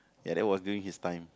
ya that was during his time